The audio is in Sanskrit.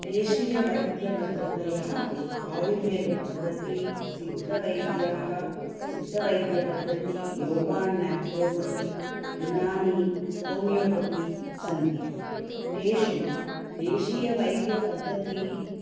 देशीयवैद्यपद्धतयः आयुर्वेदपद्धती सिद्धवैद्याः सिद्धवैद्यपद्धती yoga and naturopathy Unani homeopathy सन्ति तेषु देशीयवैद्यपद्धती